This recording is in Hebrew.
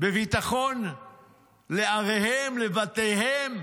בביטחון לעריהם, לבתיהם.